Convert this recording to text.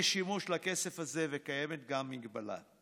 יש שימוש לכסף הזה וקיימת מגבלה".